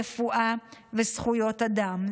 רפואה וזכויות אדם.